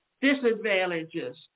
disadvantages